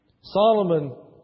Solomon